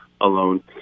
alone